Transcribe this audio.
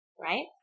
right